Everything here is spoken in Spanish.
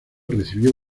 recibió